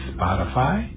Spotify